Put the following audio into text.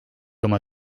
oma